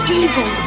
evil